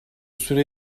süre